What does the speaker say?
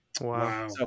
Wow